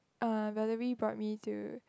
uh Valerie brought me to